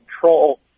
control